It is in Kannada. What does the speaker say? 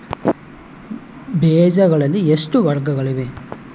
ಬೇಜಗಳಲ್ಲಿ ಎಷ್ಟು ವರ್ಗಗಳಿವೆ?